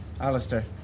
Alistair